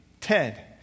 Ted